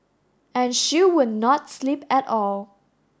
and she would not sleep at all